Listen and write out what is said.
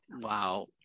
Wow